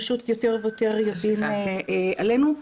פשוט יותר ויותר יודעים עלינו.